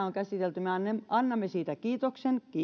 on käsitelty me annamme siitä kiitoksen kiitos